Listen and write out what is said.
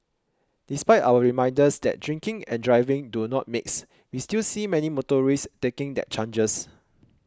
despite our reminders that drinking and driving do not mix we still see many motorists taking their chances